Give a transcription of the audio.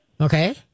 Okay